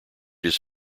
his